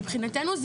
מבחינתנו,